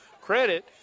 credit